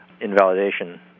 invalidation